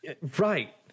Right